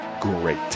great